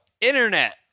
Internet